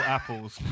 Apples